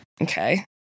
Okay